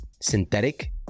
synthetic